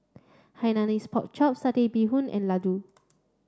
Hainanese Pork Chop Satay Bee Hoon and Laddu